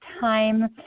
time